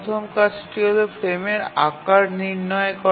প্রথম কাজটি হল ফ্রেমের আকার নির্ণয় করা